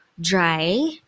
dry